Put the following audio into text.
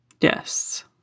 Yes